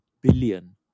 billion